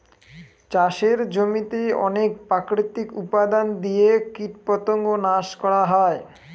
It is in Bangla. চাষের জমিতে অনেক প্রাকৃতিক উপাদান দিয়ে কীটপতঙ্গ নাশ করা হয়